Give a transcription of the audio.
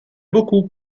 beaucoup